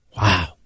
wow